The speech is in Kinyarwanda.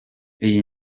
iyi